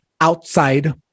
outside